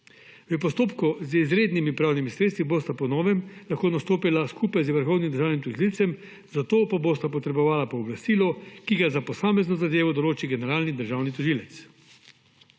V postopku z izrednimi pravnimi sredstvi bosta po novem lahko nastopila skupaj z vrhovnim državnim tožilcem, zato pa bosta potrebovala pooblastilo, ki ga za posamezno zadevo določi generalni državni tožilec.